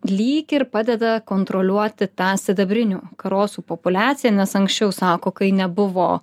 lyg ir padeda kontroliuoti tą sidabrinių karosų populiaciją nes anksčiau sako kai nebuvo